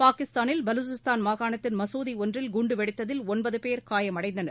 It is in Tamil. பாகிஸ்தானில் பலுச்சிஸ்தான் மாகாணத்தில் மசூதி ஒன்றில் குண்டு வெடித்ததில் ஒன்பது பேர் காயமடைந்தனர்